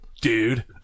Dude